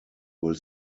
will